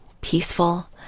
peaceful